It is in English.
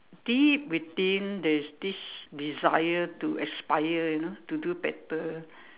deep within there's this desire to aspire you know to do better